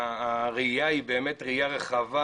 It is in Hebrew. הראייה היא באמת ראייה רחבה,